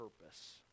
purpose